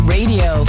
Radio